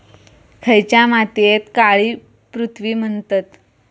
खयच्या मातीयेक काळी पृथ्वी म्हणतत?